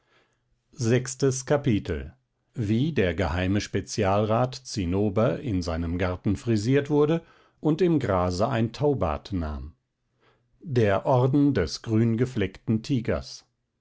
sechstes kapitel wie der geheime spezialrat zinnober in seinem garten frisiert wurde und im grase ein taubad nahm der orden des grüngefleckten tigers